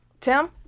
Tim